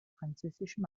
französischen